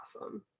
awesome